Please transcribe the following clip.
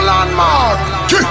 Landmark